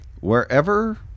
Wherever